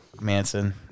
Manson